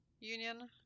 Union